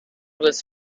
was